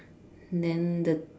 then the